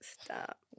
Stop